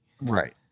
Right